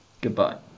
Goodbye